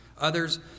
Others